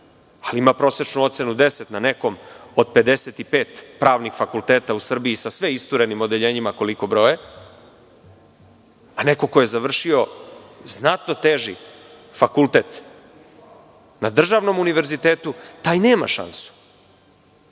ali ima prosečnu ocenu 10 na nekom od 55 pravnih fakulteta u Srbiji, sa sve isturenim odeljenjima koliko broje, a neko ko je završio znatno teži fakultet na državnom univerzitetu, taj nema šansu.